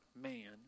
man